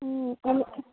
వాళ్ళు